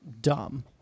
dumb